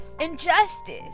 injustice